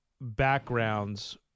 backgrounds